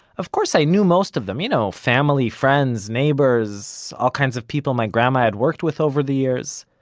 of course i knew most of them you know, family, friends, neighbors, all kinds of people my grandma had worked with over the years.